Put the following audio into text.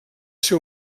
ser